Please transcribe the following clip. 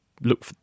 look